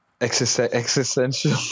Existential